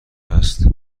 هست